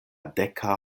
deka